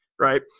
right